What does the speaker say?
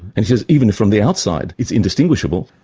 and he says even from the outside it's indistinguishable,